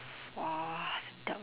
!wah! sedap